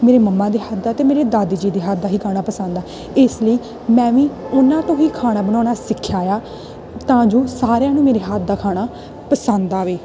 ਮੇਰੇ ਮੰਮਾ ਦੇ ਹੱਥ ਦਾ ਅਤੇ ਮੇਰੀ ਦਾਦੀ ਜੀ ਦੇ ਹੱਥ ਦਾ ਹੀ ਖਾਣਾ ਪਸੰਦ ਆ ਇਸ ਲਈ ਮੈਂ ਵੀ ਉਹਨਾਂ ਤੋਂ ਹੀ ਖਾਣਾ ਬਣਾਉਣਾ ਸਿੱਖਿਆ ਆ ਤਾਂ ਜੋ ਸਾਰਿਆਂ ਨੂੰ ਮੇਰੇ ਹੱਥ ਦਾ ਖਾਣਾ ਪਸੰਦ ਆਵੇ